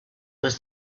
was